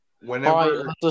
whenever